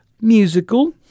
musical